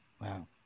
Wow